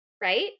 right